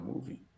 movie